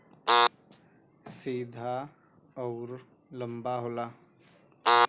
सीधा अउर लंबा होला